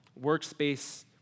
workspace